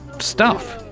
stuff.